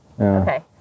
okay